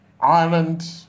Ireland